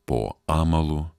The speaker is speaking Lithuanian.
po amalu